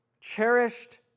cherished